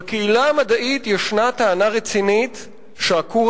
בקהילה המדעית ישנה טענה רצינית שהכור